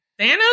Thanos